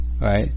Right